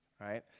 Right